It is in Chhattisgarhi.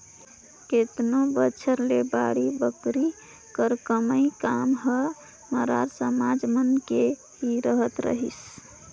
केतनो बछर ले बाड़ी बखरी कर लगई काम हर मरार समाज मन के ही रहत रहिस